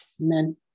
amen